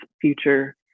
future